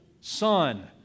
son